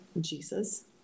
Jesus